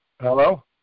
Hello